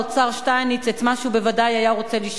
שטייניץ את מה שהוא בוודאי היה רוצה לשכוח.